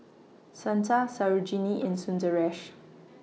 Santha Sarojini and Sundaresh